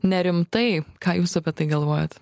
nerimtai ką jūs apie tai galvojat